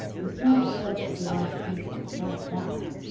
you can't expect to get off as easily as all that.